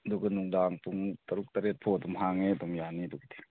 ꯑꯗꯨꯒ ꯅꯨꯡꯗꯥꯡ ꯄꯨꯡ ꯇꯔꯨꯛ ꯇꯔꯦꯠ ꯐꯥꯎꯕ ꯑꯗꯨꯝ ꯍꯥꯡꯉꯦ ꯑꯗꯨꯝ ꯌꯥꯅꯤ ꯑꯗꯨꯕꯨꯗꯤ